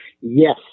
Yes